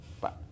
Bye